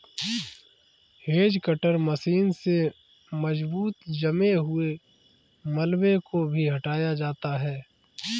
hedge cutter machine से मजबूत जमे हुए मलबे को भी हटाया जाता है